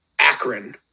Akron